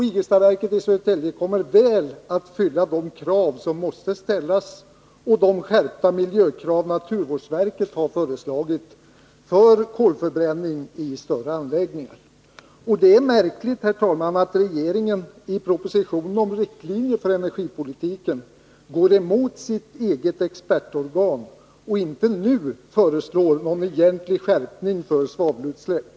Igelstaverket i Södertälje kommer att väl uppfylla de krav som måste ställas på en sådan anläggning och de skärpta miljökrav som naturvårdsverket har föreslagit i fråga om kolförbränning i större anläggningar. Det är märkligt, herr talman, att regeringen i propositionen om riktlinjer för energipolitiken går emot sitt eget expertorgan och inte nu föreslår någon egentlig skärpning av reglerna för svavelutsläpp.